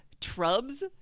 trubs